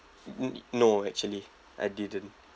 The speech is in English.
n~ no actually I didn't